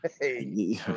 Hey